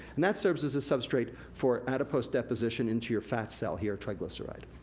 and that serves as a substrate for adipose deposition into your fat cell, here triglyceride.